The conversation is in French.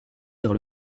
vers